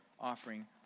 offering